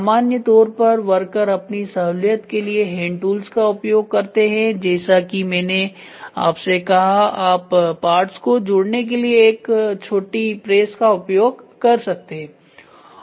सामान्य तौर पर वर्कर अपनी सहूलियत के लिए हैंड टूल्स का उपयोग करते हैं जैसा कि मैंने आपसे कहा आप पार्ट्स को जोड़ने के लिए एक छोटी प्रेस का उपयोग कर सकते हैं